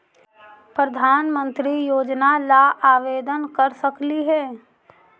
प्रधानमंत्री योजना ला आवेदन कर सकली हे?